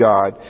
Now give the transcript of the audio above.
God